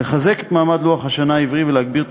לחזק את מעמד לוח השנה העברי ולהגביר את